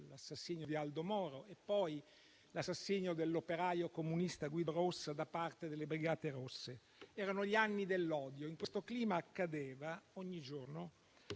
l'assassinio di Aldo Moro e poi dell'operaio comunista Guido Rossa da parte delle Brigate Rosse. Erano gli anni dell'odio. In quel clima accadeva ogni giorno